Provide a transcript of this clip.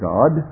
God